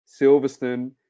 Silverstone